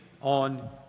on